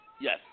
Yes